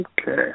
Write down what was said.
Okay